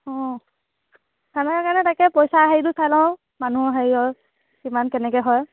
অঁ চালে কাৰণে তাকে পইচা হেৰিটো চাই লওঁ মানুহ হেৰিয়ৰ কিমান কেনেকে হয়